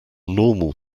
normal